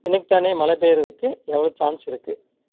இன்னக்கு தானே மழ பெய்யறதுக்கு எவ்வளோ சான்ஸ் இருக்கு